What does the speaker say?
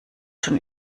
schon